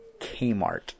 Kmart